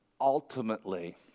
ultimately